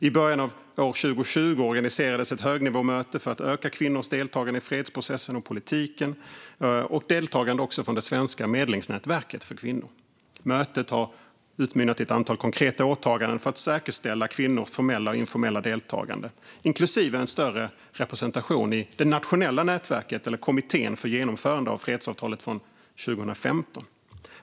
I början av 2020 organiserades ett högnivåmöte för att öka kvinnors deltagande i fredsprocessen och politiken, där också det svenska medlingsnätverket för kvinnor deltog. Mötet har utmynnat i ett antal konkreta åtaganden för att säkerställa kvinnors formella och informella deltagande, inklusive en större representation i det nationella nätverket eller kommittén för genomförande av fredsavtalet från 2015.